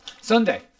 Sunday